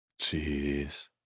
jeez